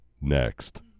next